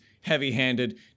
heavy-handed